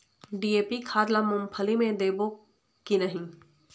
DAP खाद ला मुंगफली मे देबो की नहीं?